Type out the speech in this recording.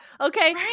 Okay